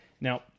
Now